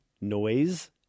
Noise